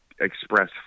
express